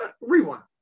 rewind